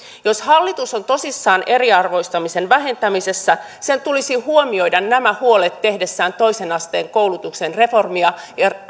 jos hallitus on tosissaan eriarvoistamisen vähentämisessä sen tulisi huomioida nämä huolet tehdessään toisen asteen koulutuksen reformia